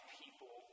people